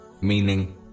meaning